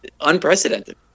unprecedented